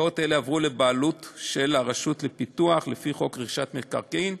קרקעות אלה עברו לבעלות של הרשות לפיתוח לפי חוק רכישת מקרקעין,